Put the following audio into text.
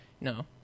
No